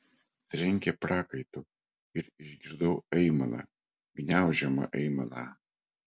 trenkė prakaitu ir išgirdau aimaną gniaužiamą aimaną